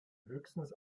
höchstens